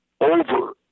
over